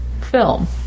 film